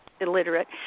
illiterate